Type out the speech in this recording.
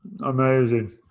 Amazing